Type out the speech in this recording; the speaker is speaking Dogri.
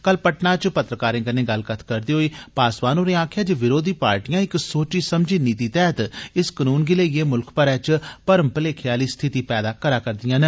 कल पटना च पत्रकारें कन्नै गल्ल करदे होई पासवान होरें आक्खेआ जे विरोधी पार्टियां इक सोची समझी नीति तैहत इस कनून गी लेइए मुलख भरै च भर्म भलेखे आली स्थिति पैदा करै करदियां न